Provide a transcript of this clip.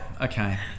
okay